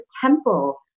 temple